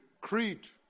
Crete